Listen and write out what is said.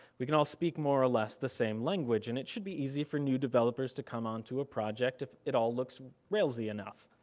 we can all speak more or less the same language and it should be easy for new developers to come onto a project if it all looks railsy enough.